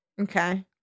Okay